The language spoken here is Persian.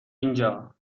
اینجا